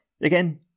Again